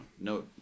No